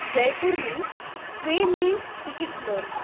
જયપુરની ટ્રેનની ટિકિટ નોંધ